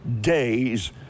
days